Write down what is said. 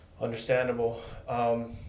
Understandable